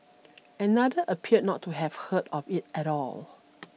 another appeared not to have heard of it at all